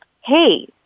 hey